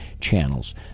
channels